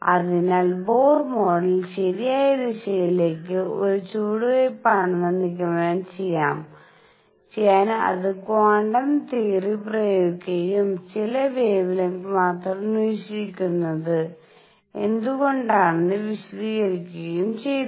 അതിനാൽ Bohr model ശരിയായ ദിശയിലേക്കുള്ള ഒരു ചുവടുവയ്പ്പാണെന്ന് നിഗമനം ചെയ്യാൻ അത് ക്വാണ്ടം തിയറി പ്രയോഗിക്കുകയും ചില വെവെലെങ്ത് മാത്രം നിരീക്ഷിക്കുന്നത് എന്തുകൊണ്ടാണെന്ന് വിശദീകരിക്കുകയും ചെയ്തു